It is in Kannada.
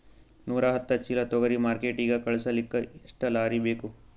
ನೂರಾಹತ್ತ ಚೀಲಾ ತೊಗರಿ ಮಾರ್ಕಿಟಿಗ ಕಳಸಲಿಕ್ಕಿ ಎಷ್ಟ ಲಾರಿ ಬೇಕು?